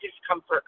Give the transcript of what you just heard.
discomfort